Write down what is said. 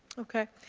okay.